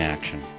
Action